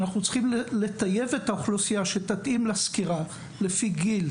אנחנו צריכים לטייב את האוכלוסייה שמתאימה לסקירה לפי גיל,